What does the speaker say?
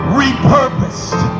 repurposed